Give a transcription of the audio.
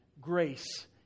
grace